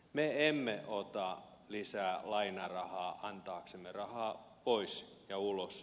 me emme ota lisää lainarahaa antaaksemme rahaa pois ja ulos